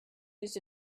used